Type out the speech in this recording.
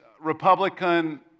Republican